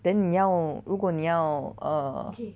then 你要如果你要 err